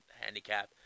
handicap